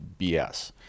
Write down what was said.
BS